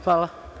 Hvala.